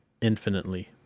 infinitely